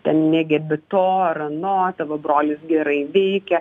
ten negerbi to ar ano tavo brolis gerai veikia